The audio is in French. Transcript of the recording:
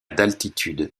d’altitude